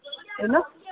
ಏನು